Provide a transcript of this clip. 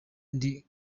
ndi